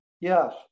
Yes